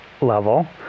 level